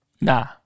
Nah